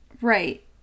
Right